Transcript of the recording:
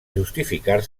justificar